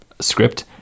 script